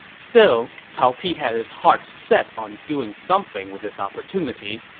still, cao pi had his heart set on doing something with this opportunity,